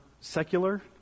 secular